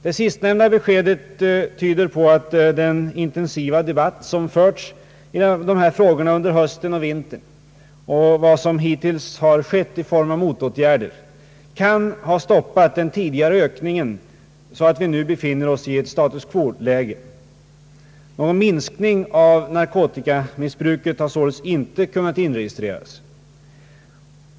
Det sistnämnda beskedet tyder på att den intensiva debatt som förts i dessa frågor under hösten och vintern och vad som hittills har skett i form av motåtgärder kan ha stoppat den tidigare ökningen, så att vi nu befinner oss i ett status quo. Någon minskning av narkotikamissbruket har således inte kunnat inregistreras.